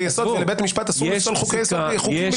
יסוד ולבית המשפט אסור לפסול חוקים בגללם.